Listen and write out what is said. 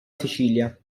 sicilia